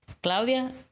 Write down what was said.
Claudia